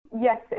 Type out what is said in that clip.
Yes